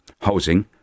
Housing